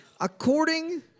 According